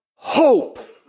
Hope